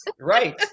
right